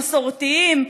המסורתיים,